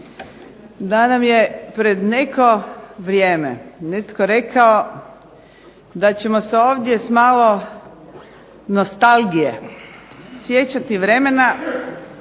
Da nam je pred neko vrijeme netko rekao da ćemo se ovdje s malo nostalgije sjećati vremena